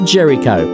Jericho